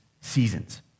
seasons